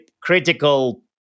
critical